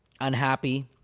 unhappy